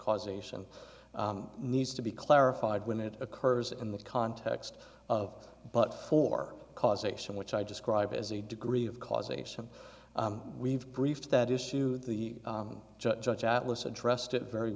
causation needs to be clarified when it occurs in the context of but for causation which i describe as the degree of causation we've briefed that issue the judge judge atlas addressed it very